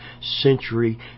century